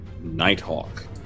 Nighthawk